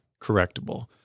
correctable